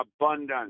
abundance